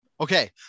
okay